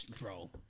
Bro